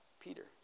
Peter